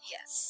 Yes